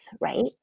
right